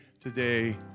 today